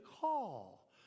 call